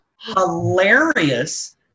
hilarious